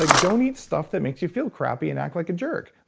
like don't eat stuff that makes you feel crappy and act like jerk.